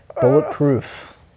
Bulletproof